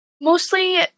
mostly